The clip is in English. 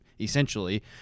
essentially